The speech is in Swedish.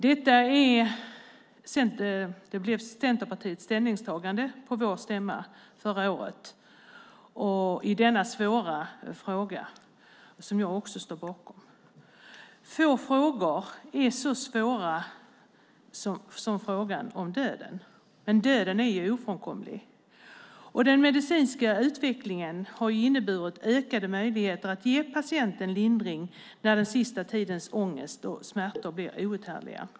Detta blev Centerpartiets ställningstagande på vår stämma förra året i denna svåra fråga. Även jag står bakom detta ställningstagande. Få frågor är så svåra som frågan om döden. Men döden är ofrånkomlig. Den medicinska utvecklingen har inneburit ökade möjligheter att ge patienten lindring när den sista tidens ångest och smärtor blir outhärdliga.